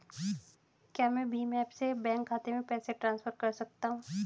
क्या मैं भीम ऐप से बैंक खाते में पैसे ट्रांसफर कर सकता हूँ?